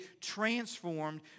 transformed